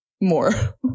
more